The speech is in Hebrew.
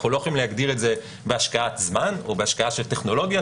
אנחנו לא יכולים להגדיר את זה בהשקעת זמן או בהשקעה של טכנולוגיה,